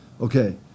Okay